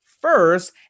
first